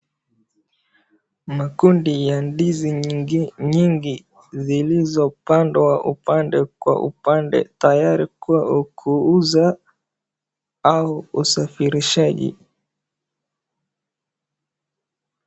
Makundi ya ndizi nyingi zilizopandwa upande kwa upande tayari kwa kuuza au usafirishaji.